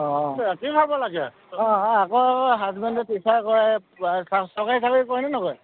অঁ ৰাতিও খাব লাগে অঁ আকৌ হাজবেণ্ডে টিচাৰ কৰে চাৰকাৰী চাকৰি কৰে নে নকৰে